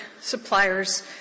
suppliers